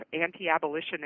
anti-abolitionist